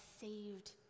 saved